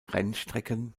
rennstrecken